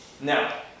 now